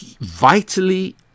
vitally